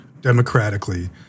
democratically